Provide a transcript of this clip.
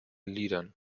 liedern